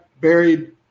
buried